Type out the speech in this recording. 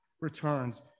returns